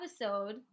episode